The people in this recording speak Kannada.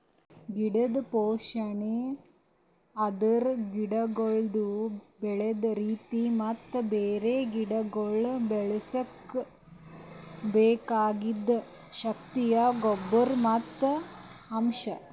ಗಿಡದ್ ಪೋಷಣೆ ಅಂದುರ್ ಗಿಡಗೊಳ್ದು ಬೆಳದ್ ರೀತಿ ಮತ್ತ ಬ್ಯಾರೆ ಗಿಡಗೊಳ್ ಬೆಳುಸುಕ್ ಬೆಕಾಗಿದ್ ಶಕ್ತಿಯ ಗೊಬ್ಬರ್ ಮತ್ತ್ ಅಂಶ್